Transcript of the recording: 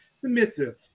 submissive